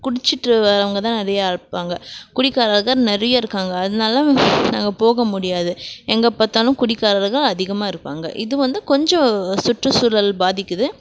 குடிச்சிட்டு வரவங்கதான் நிறையா இருப்பாங்க குடிகாரர்கள் நிறைய இருக்காங்க அதனால நாங்கள் போக முடியாது எங்கே பார்த்தாலும் குடிக்காரர்ங்க அதிகமாக இருப்பாங்க இது வந்து கொஞ்சம் சுற்று சூழல் பாதிக்குது